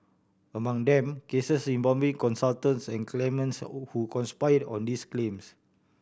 among them cases involving consultants and claimants who conspired on these claims